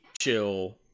chill